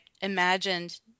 imagined